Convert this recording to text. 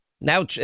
Now